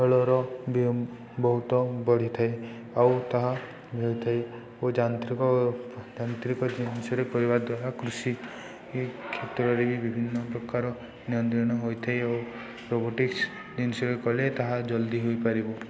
ଖେଲର ବି ବହୁତ ବଢ଼ିଥାଏ ଆଉ ତାହା ବି ହେଇଥାଏ ଓ ଯାନ୍ତ୍ରିକ ଯାନ୍ତ୍ରିକ ଜିନିଷରେ କରିବା ଦ୍ୱାରା କୃଷି କ୍ଷେତ୍ରରେ ବି ବିଭିନ୍ନ ପ୍ରକାର ନିୟନ୍ତ୍ରଣ ହୋଇଥାଏ ଓ ରୋବୋଟିକ୍ସ ଜିନିଷରେ କଲେ ତାହା ଜଲ୍ଦି ହୋଇପାରିବ